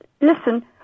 Listen